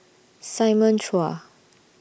Simon Chua